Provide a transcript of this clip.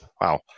Wow